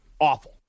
awful